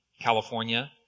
California